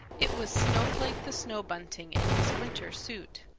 it was snowflake the snow bunting in his winter suit.